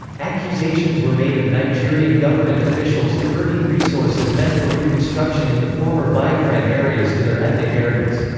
accusations were made of nigerian government officials diverting resources meant for reconstruction in the former biafran areas to their ethnic areas.